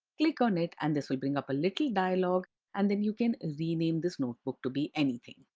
click on it, and this will bring up a little dialog, and then, you can rename this notebook to be anything.